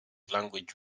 language